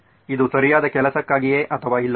ಇದು ಸರಿಯಾದ ಕೆಲಸಕ್ಕಾಗಿಯೇ ಅಥವಾ ಇಲ್ಲವೇ